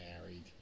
married